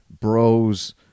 bros